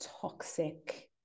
toxic